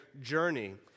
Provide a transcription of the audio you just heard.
journey